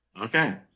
Okay